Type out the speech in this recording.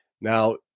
Now